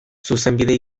zuzenbide